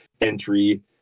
entry